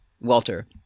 Walter